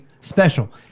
special